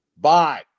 Bye